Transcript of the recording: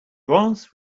grass